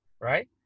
right